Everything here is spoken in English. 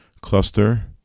cluster